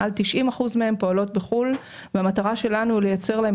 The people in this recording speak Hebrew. מעל 90 אחוזים מהן פועלות בחוץ לארץ והמטרה שלנו היא לייצר להן